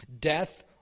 Death